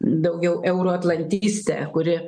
daugiau euroatlantistę kuri